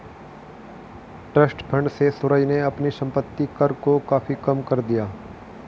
trust fund से सूरज ने अपने संपत्ति कर को काफी कम कर दिया